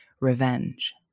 revenge